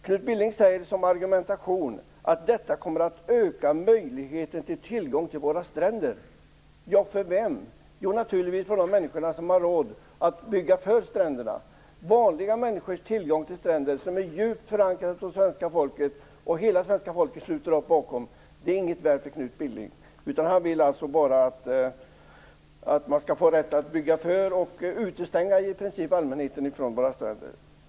Knut Billing för fram som argument att detta kommer att öka tillgången till våra stränder. För vem? Jo, naturligtvis för de människor som har råd att bygga för stränderna. Vanliga människors tillgång till stränder, som är djupt förankrad hos svenska folket och som hela svenska folket sluter upp bakom, är ingenting värt för Knut Billing. Han vill alltså att man skall få rätt att bygga för och i princip utestänga allmänheten från våra stränder.